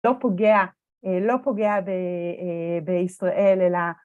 לא פוגע, לא פוגע בישראל אלא